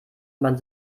man